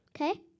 Okay